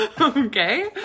Okay